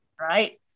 right